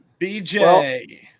BJ